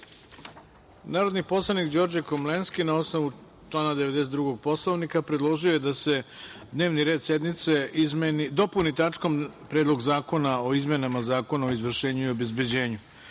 predlog. Narodni poslanik Đorđe Komlenski, na osnovu člana 92. Poslovnika, predložio je da se dnevni red sednice dopuni tačkom – Predlog zakona o izmenama Zakona o izvršenju i obezbeđenju,